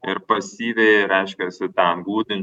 ir pasyviai reiškiasi tam būtent